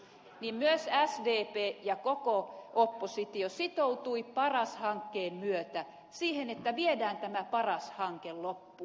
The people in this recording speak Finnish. myös sdp ja koko oppositio sitoutui paras hankkeen myötä siihen että viedään tämä paras hanke loppuun